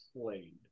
played